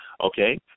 Okay